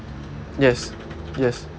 yes yes